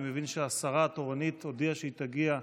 אני מבין שהשרה התורנית הודיעה שהיא תגיע.